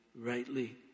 rightly